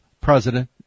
president